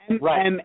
Right